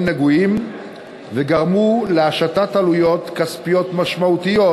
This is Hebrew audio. נגועים וגרמו להשתת עלויות כספיות משמעותיות,